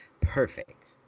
Perfect